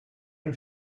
dem